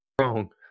wrong